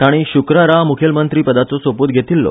तांणी शुक्रारा मुखेलमंत्रीपदाचो सोपूत घेतिल्लो